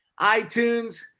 iTunes